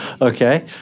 Okay